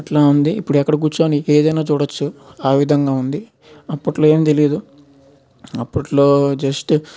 ఇట్లా ఉంది ఇప్పుడు ఎక్కడ కూర్చొని ఏదైనా చూడచ్చు ఆ విధంగా ఉంది అప్పట్లో ఏం తెలీదు అప్పట్లో జస్ట్